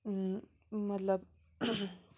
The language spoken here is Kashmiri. مطلب